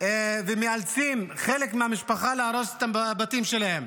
ומאלצים חלק מהמשפחה להרוס את הבתים שלהם.